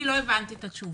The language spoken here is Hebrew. אני לא הבנתי את התשובה.